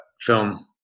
film